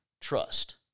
trust